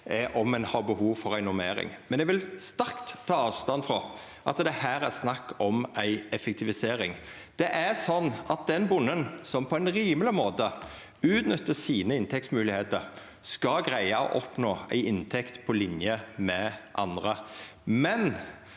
om ein har behov for ei normering, men eg vil sterkt ta avstand frå at det her er snakk om ei effektivisering. Den bonden som på ein rimeleg måte utnyttar sine inntektsmoglegheiter, skal greia å oppnå ei inntekt på linje med andre,